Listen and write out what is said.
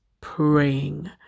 praying